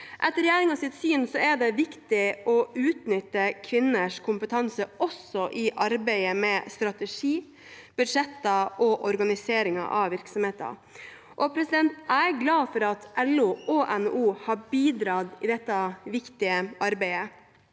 Etter regjeringens syn er det viktig å utnytte kvinners kompetanse også i arbeidet med strategi, budsjetter og organisering av virksomheter. Jeg glad for at LO og NHO har bidratt i dette viktige arbeidet.